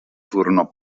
furono